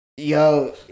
Yo